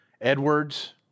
Edwards